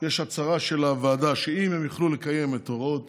יש הצהרה של הוועדה שאם הם יוכלו לקיים את הוראות